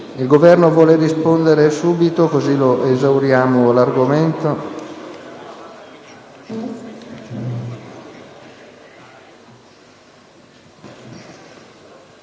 del Governo vuole rispondere subito, cosı` da esaurire l’argomento?